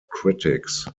critics